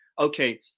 okay